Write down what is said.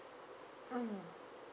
mm